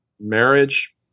marriage